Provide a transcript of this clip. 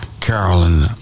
Carolyn